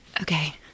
Okay